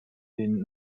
den